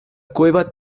cueva